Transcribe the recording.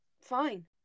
Fine